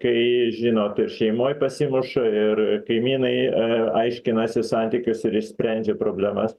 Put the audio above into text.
kai žinot ir šeimoj pasimuša ir kaimynai a aiškinasi santykius ir išsprendžia problemas